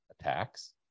attacks